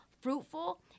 fruitful